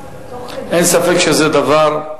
אין ספק שזה דבר טוב.